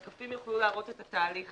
השקפים יוכלו להראות את התהליך